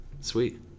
Sweet